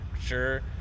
sure